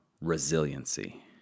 resiliency